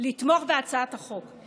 לתמוך בהצעת החוק.